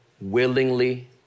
willingly